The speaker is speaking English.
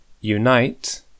unite